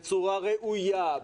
בצורה ראויה.